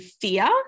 fear